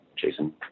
Jason